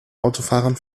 autofahrern